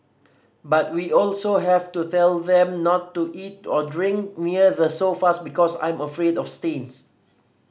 but we also have to tell them not to eat or drink near the sofas because I'm afraid of stains